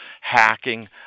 hacking